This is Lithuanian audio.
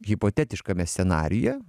hipotetiškame scenarijuje